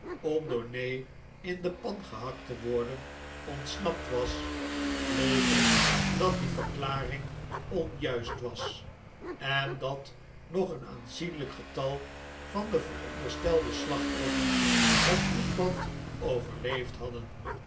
door ney in de pan gehakt te worden ontsnapt was bleek het dat die verklaring onjuist was en dat nog een aanzienlijk getal van de veronderstelde slachtoffers het bloedbad overleefd hadden